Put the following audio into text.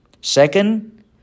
Second